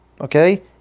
Okay